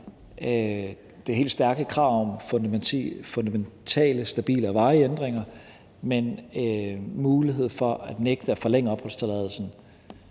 det helt stærke krav om fundamentale, stabile og varige ændringer, men mulighed for at nægte at forlænge opholdstilladelsen,